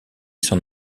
s’en